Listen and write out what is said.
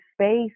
space